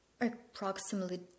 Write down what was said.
approximately